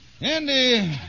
Andy